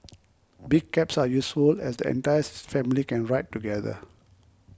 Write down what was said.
big cabs are useful as the entire family can ride together